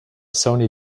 sony